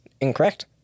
Incorrect